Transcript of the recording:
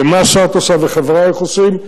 ומה שאת עושה וחברייך עושים,